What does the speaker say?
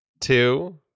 two